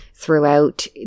throughout